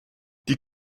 die